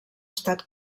estat